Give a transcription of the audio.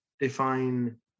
define